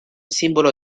símbolo